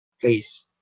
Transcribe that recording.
Please